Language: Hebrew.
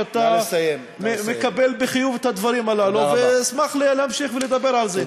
שאתה מקבל בחיוב את הדברים הללו ואשמח להמשיך ולדבר על זה.